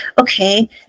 okay